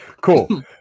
Cool